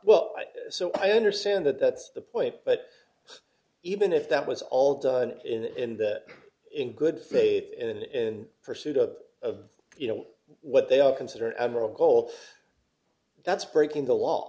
well so i understand that that's the point but even if that was all done in that in good faith and in pursuit of of you know what they are consider ever a goal that's breaking the law